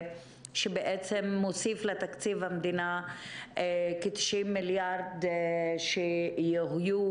שבעצם מוסיף לתקציב המדינה כ-90 מיליארד שקל,